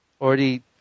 Already